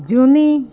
જૂની